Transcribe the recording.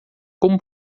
como